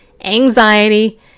anxiety